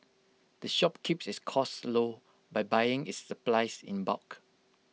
the shop keeps its costs low by buying its supplies in bulk